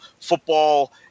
football